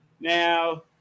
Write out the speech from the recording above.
now